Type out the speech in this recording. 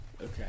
Okay